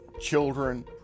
children